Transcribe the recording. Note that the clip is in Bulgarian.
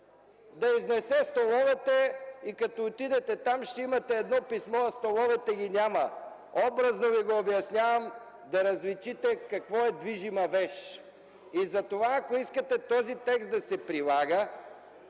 да изнесе столовете и като отидете там ще имате едно писмо, а столовете ги няма. Образно Ви го обяснявам, за да различите какво е това движима вещ. И затова, ако искате този да се прилага,